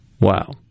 Wow